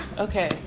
Okay